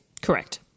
correct